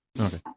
okay